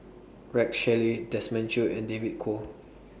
Rex Shelley Desmond Choo and David Kwo